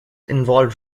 involved